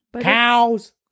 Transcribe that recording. Cows